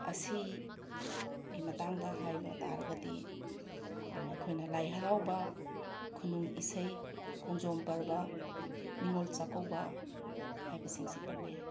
ꯑꯁꯤ ꯒꯤ ꯃꯇꯥꯡꯗ ꯍꯥꯏꯕ ꯇꯥꯔꯒꯗꯤ ꯑꯩꯈꯣꯏꯅ ꯂꯥꯏ ꯍꯔꯥꯎꯕ ꯈꯨꯅꯨꯡ ꯏꯁꯩ ꯈꯣꯡꯖꯣꯝ ꯄꯔꯕ ꯅꯤꯡꯉꯣꯜ ꯆꯥꯀꯧꯕ ꯍꯥꯏꯕꯁꯤꯡꯁꯦ ꯄꯟꯕ ꯌꯥꯏ